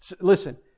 Listen